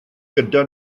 gyda